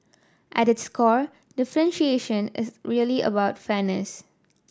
at its core differentiation is really about fairness